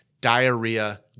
diarrhea